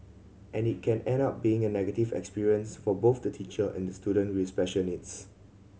and it can end up being a negative experience for both the teacher and the student with special needs